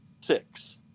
six